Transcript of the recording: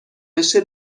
بشه